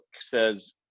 says